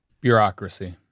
Bureaucracy